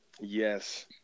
Yes